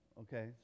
Okay